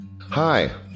Hi